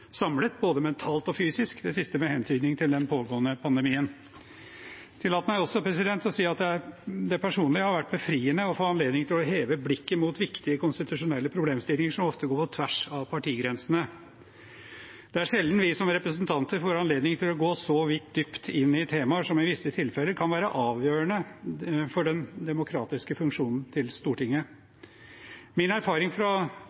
samlet, både mentalt og fysisk – det siste med hentydning til den pågående pandemien. Tillat meg også å si at det personlig har vært befriende å få anledning til å heve blikket mot viktige konstitusjonelle problemstillinger som ofte går på tvers av partigrensene. Det er sjelden vi som representanter får anledning til å gå så vidt dypt inn i temaer som i visse tilfeller kan være avgjørende for den demokratiske funksjonen til Stortinget. Min erfaring fra